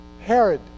Herod